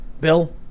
Bill